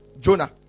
Jonah